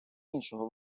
іншого